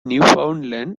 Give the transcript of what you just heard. newfoundland